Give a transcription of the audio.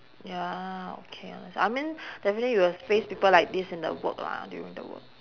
ya okay I I mean you will definitely face people like this in the work lah during the work